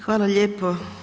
Hvala lijepo.